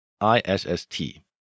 I-S-S-T